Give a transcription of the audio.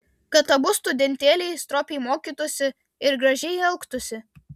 kad abu studentėliai stropiai mokytųsi ir gražiai elgtųsi